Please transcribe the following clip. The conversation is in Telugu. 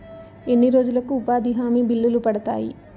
ఎన్ని రోజులకు ఉపాధి హామీ బిల్లులు పడతాయి?